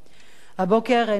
הבוקר נפגשנו,